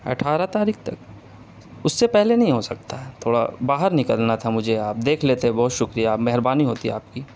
اٹھارہ تاریخ تک اس سے پہلے نہیں ہو سکتا ہے تھوڑا باہر نکلنا تھا مجھے آپ دیکھ لیتے بہت شکریہ مہربانی ہوتی آپ کی